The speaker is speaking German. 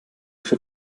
für